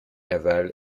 laval